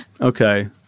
Okay